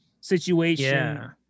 situation